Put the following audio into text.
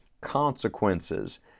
consequences